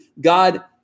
God